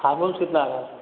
hormones कितना है